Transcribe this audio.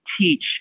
teach